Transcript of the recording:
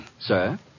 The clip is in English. Sir